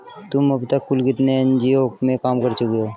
तुम अब तक कुल कितने एन.जी.ओ में काम कर चुकी हो?